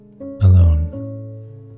alone